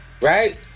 Right